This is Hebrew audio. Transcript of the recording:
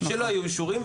שלא היו אישורים,